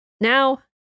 now